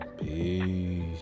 peace